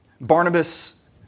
Barnabas